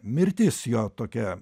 mirtis jo tokia